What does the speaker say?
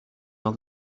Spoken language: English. all